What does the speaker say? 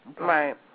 Right